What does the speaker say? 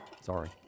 Sorry